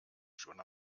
schon